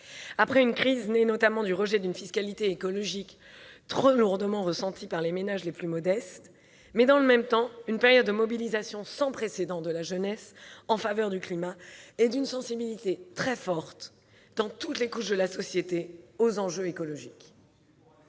après une crise née, notamment, du rejet d'une fiscalité écologique trop lourdement ressentie par les ménages les plus modestes. Nous vivons, dans le même temps, une période de mobilisation sans précédent de la jeunesse en faveur du climat et constatons une sensibilité très forte aux enjeux écologiques